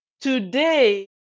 Today